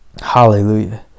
Hallelujah